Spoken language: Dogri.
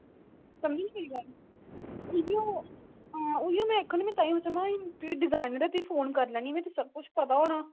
ते उ'ऐ में आक्खानी आं कि डिजाईनर गी फोन करी लैन्नी आं उसी सब कुछ पता होना